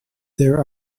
there